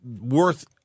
worth